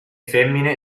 femmine